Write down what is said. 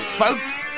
folks